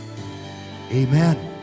Amen